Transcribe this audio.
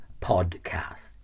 podcast